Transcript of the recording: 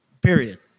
period